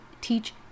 teach